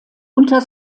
unter